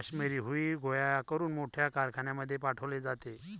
काश्मिरी हुई गोळा करून मोठ्या कारखान्यांमध्ये पाठवले जाते